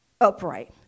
upright